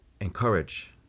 encourage